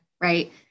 right